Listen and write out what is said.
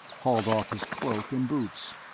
hauled off his cloak and boots.